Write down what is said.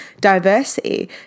diversity